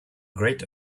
great